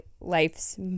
life's